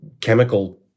chemical